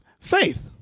Faith